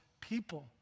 people